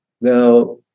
Now